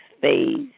phase